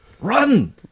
Run